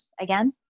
again